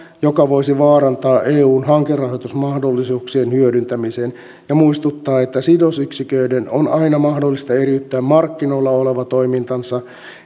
joka voisi vaarantaa eun hankerahoitusmahdollisuuksien hyödyntämisen ja muistuttaa että sidosyksiköiden on aina mahdollista eriyttää markkinoilla oleva toimintansa